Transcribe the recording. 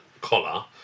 collar